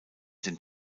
den